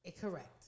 Correct